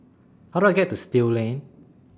How Do I get to Still Lane